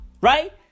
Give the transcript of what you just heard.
Right